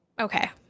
Okay